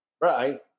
Right